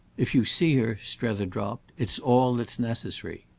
if you see her, strether dropped, it's all that's necessary.